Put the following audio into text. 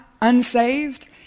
unsaved